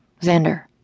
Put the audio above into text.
Xander